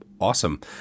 awesome